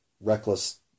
reckless